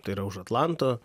tai yra už atlanto